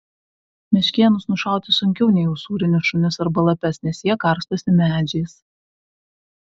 meškėnus nušauti sunkiau nei usūrinius šunis arba lapes nes jie karstosi medžiais